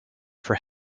for